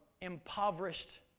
impoverished